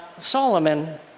Solomon